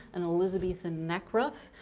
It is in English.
an elizabethan neck ruff,